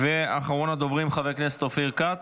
אחרון הדוברים, חבר הכנסת אופיר כץ.